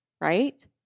right